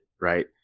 right